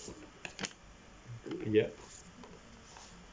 uh ya